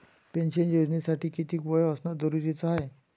Pension योजनेसाठी कितीक वय असनं जरुरीच हाय?